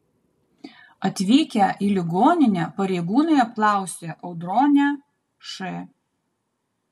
atvykę į ligoninę pareigūnai apklausė audronę š